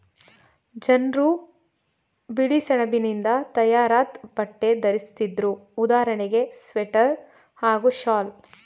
ಜನ್ರು ಬಿಳಿಸೆಣಬಿನಿಂದ ತಯಾರಾದ್ ಬಟ್ಟೆ ಧರಿಸ್ತಿದ್ರು ಉದಾಹರಣೆಗೆ ಸ್ವೆಟರ್ ಹಾಗೂ ಶಾಲ್